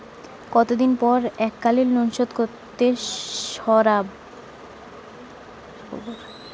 কতদিন পর এককালিন লোনশোধ করতে সারব?